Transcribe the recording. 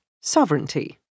sovereignty